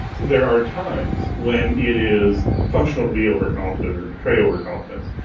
there are times when it is functional to be overconfident or portray overconfidence.